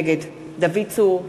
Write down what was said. נגד דוד צור,